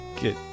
get